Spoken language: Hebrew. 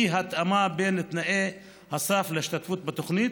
אי-התאמה בין תנאי הסף להשתתפות בתוכנית